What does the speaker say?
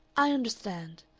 i understand,